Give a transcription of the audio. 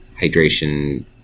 hydration